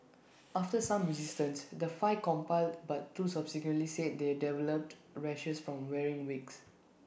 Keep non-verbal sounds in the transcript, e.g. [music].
[noise] after some resistance the five complied but two subsequently said they developed rashes from wearing wigs